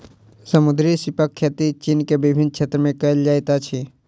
समुद्री सीपक खेती चीन के विभिन्न क्षेत्र में कयल जाइत अछि